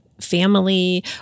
family